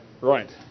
Right